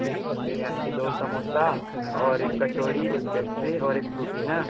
ठीक है फिर यानि की दो समोसा और एक कचौड़ी एक पेस्ट्री और एक फ़्रूटी ना